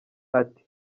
ati